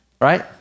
Right